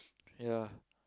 ya